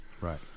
right